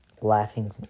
laughing